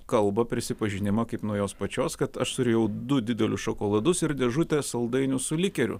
kalbą prisipažinimą kaip nuo jos pačios kad aš surijau du didelius šokoladus ir dėžutę saldainių su likeriu